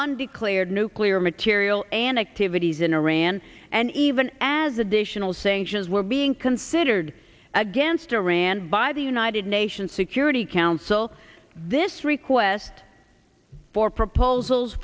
undeclared nuclear material and activities in iran and even as additional sanctions were being considered against iran by the united nations security council this request for proposals